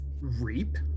reap